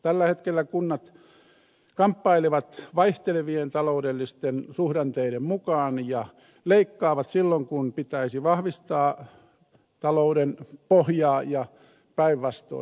tällä hetkellä kunnat kamppailevat vaihtelevien taloudellisten suhdanteiden mukaan ja leikkaavat silloin kun pitäisi vahvistaa talouden pohjaa ja päinvastoin